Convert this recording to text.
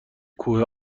کوه